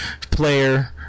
player